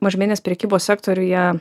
mažmeninės prekybos sektoriuje